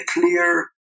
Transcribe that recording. clear